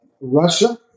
Russia